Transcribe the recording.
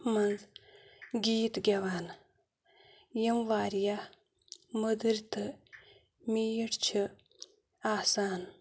منٛز گیٖت گٮ۪وان یِم واریاہ مٔدٕرۍ تہٕ میٖٹھ چھِ آسان